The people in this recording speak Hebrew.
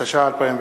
התש"ע 2010,